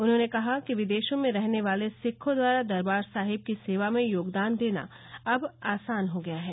उन्होंने कहा कि विदेशों में रहने वाले सिखों द्वारा दरवार साहिब की सेवा में योगदान देना अब आसान हो गया है